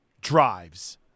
drives